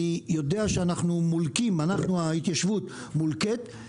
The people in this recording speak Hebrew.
אני יודע שאנחנו, ההתיישבות, מולקים.